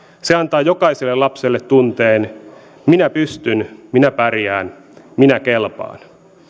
se antaa jokaiselle lapselle tunteen minä pystyn minä pärjään minä kelpaan